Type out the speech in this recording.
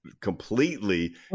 completely